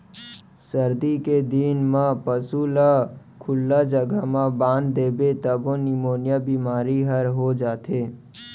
सरदी के दिन म पसू ल खुल्ला जघा म बांध देबे तभो निमोनिया बेमारी हर हो जाथे